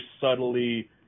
subtly